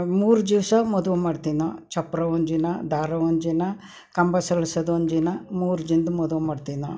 ಮೂರು ದಿವಸ ಮದುವೆ ಮಾಡ್ತಿದ್ದ ನಾವು ಚಪ್ಪರ ಒಂದಿನ ಧಾರೆ ಒಂಜಿನ ಕಂಬ ಸಳಿಸೋದು ಒಂದಿನ ಮೂರು ದಿನದ್ದು ಮದುವೆ ಮಾಡ್ತೇವೆ ನಾವು